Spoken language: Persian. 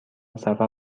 سفر